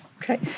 Okay